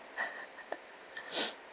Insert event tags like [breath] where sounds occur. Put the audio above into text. [laughs] [breath]